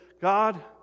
God